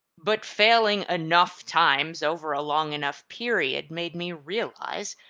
but failing enough times over a long enough period made me realize,